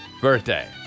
birthday